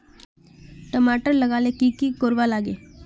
टमाटर लगा ले की की कोर वा लागे?